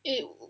eh